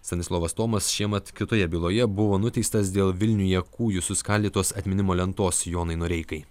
stanislovas tomas šiemet kitoje byloje buvo nuteistas dėl vilniuje kūju suskaldytos atminimo lentos jonui noreikai